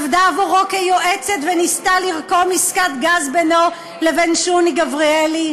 עבדה עבורו כיועצת וניסתה לרקום עסקת גז בינו לבין שוני גבריאלי?